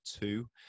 two